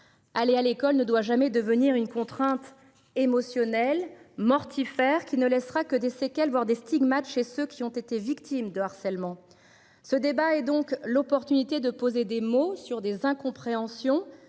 Aller à l'école ne doit jamais devenir une contrainte émotionnelle mortifère qui ne laissera que des séquelles, voire des stigmates chez ceux qui ont été victimes de harcèlement ce débat et donc l'opportunité de poser des mots sur des incompréhensions